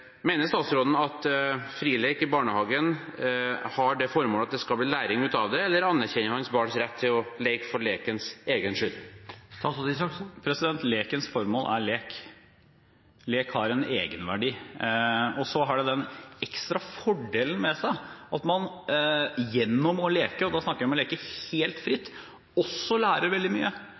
Mener statsråden at fri lek i barnehagen har det formålet at det skal bli læring ut av det, eller anerkjenner han barns rett til å leke for lekens egen skyld? Lekens formål er lek. Lek har en egenverdi. Så har den den ekstra fordelen med seg at man gjennom å leke – da snakker jeg om å leke helt fritt – også lærer veldig mye.